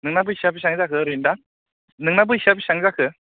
नोंना बैसोआ बेसेबां जाखो ओरैनो दा नोंना बैसोआ बेसेबां जाखो